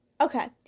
Okay